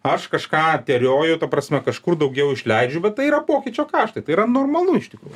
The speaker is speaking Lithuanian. aš kažką terioju ta prasme kažkur daugiau išleidžiu bet tai yra pokyčio kaštai tai yra normalu iš tikrųjų